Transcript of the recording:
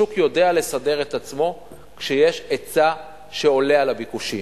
השוק יודע לסדר את עצמו כשיש היצע שעולה על הביקושים.